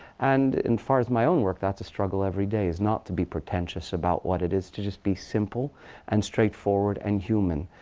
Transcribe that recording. and in far as my own work, that's a struggle every day, is not to be pretentious about what it is, to just be simple and straightforward and human.